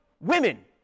women